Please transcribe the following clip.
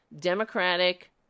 democratic